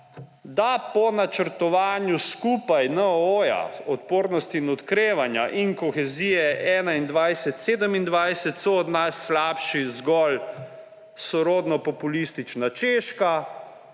so po načrtovanju skupaj NOO, odpornosti in okrevanja, ter kohezije 2021–20217 od nas slabši zgolj sorodno populistična Češka